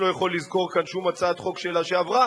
יכול לזכור כאן שום הצעת חוק שלה שעברה,